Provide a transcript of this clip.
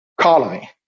colony